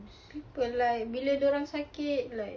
people like bila dia orang sakit like